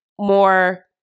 more